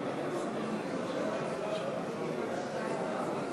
אני מאוד מעריך את התשובה שלך, נא לשבת.